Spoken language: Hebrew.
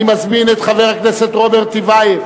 אני מזמין את חבר הכנסת רוברט טיבייב